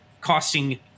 costing